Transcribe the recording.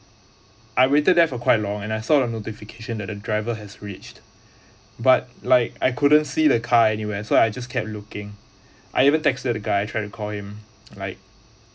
I waited there for quite long and I saw the notification that the driver has reached but like I couldn't see the car anywhere so I just kept looking I even texted the guy tried to call him like